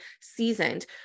seasoned